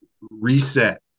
reset